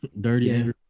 Dirty